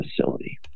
facility